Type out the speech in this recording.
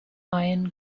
iron